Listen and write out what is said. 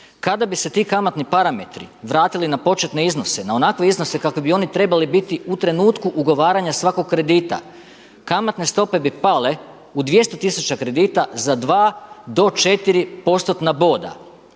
Kada bi se ti kamatni parametri vratili na početne iznose, na onakve iznose kakvi bi oni trebali biti u trenutku ugovaranja svakog kredita, kamatne stope bi pale u 200 tisuća kredita za 2 do 4